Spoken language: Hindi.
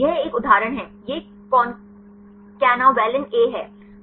यह एक उदाहरण है यह कंकनवैलिन है